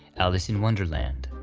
alice in wonderland.